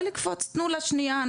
תנו לה שנייה,